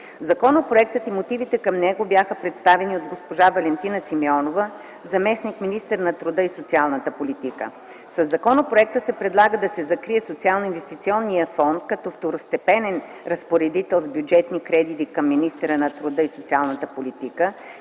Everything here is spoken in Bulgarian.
Законопроектът и мотивите към него бяха представени от госпожа Валентина Симеонова, заместник-министър на труда и социалната политика. Със законопроекта се предлага да се закрие Социалноинвестиционният фонд като второстепенен разпоредител с бюджетни кредити към министъра на труда и социалната политика,